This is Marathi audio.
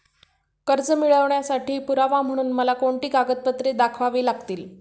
कर्ज मिळवण्यासाठी पुरावा म्हणून मला कोणती कागदपत्रे दाखवावी लागतील?